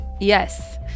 Yes